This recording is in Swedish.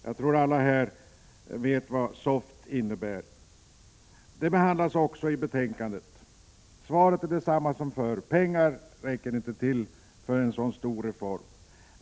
Jag tror alla vet vad SOFT innebär. Det behandlas också i betänkandet. Svaret är detsamma som förr. Pengarna räcker inte till för en sådan stor reform.